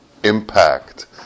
Impact